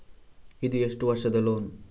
ಇದು ಎಷ್ಟು ವರ್ಷದ ಲೋನ್?